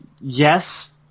Yes